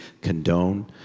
condone